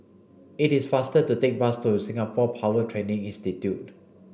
it is faster to take bus to Singapore Power Training Institute